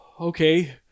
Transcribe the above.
Okay